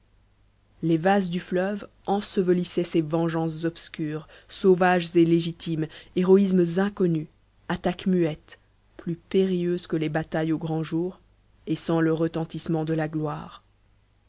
les vases du fleuve ensevelissaient ces vengeances obscures sauvages et légitimes héroïsmes inconnus attaques muettes plus périlleuses que les batailles au grand jour et sans le retentissement de la gloire